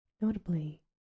notably